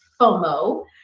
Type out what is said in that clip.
FOMO